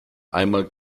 einmal